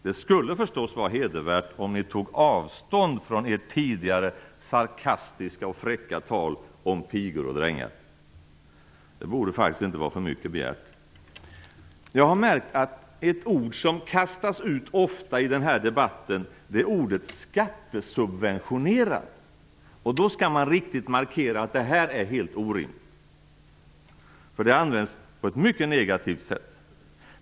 Det skulle förstås vara hedervärt om ni tog avstånd från ert tidigare sarkastiska och fräcka tal om pigor och drängar. Det borde faktiskt inte vara för mycket begärt! Jag har märkt att ett ord som ofta kastas ut i denna debatt är ordet skattesubventionera. Då skall man riktigt markera att det är fråga om något helt orimligt, för det används på ett mycket negativt sätt.